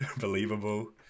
believable